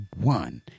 one